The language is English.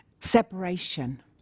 separation